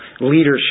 leadership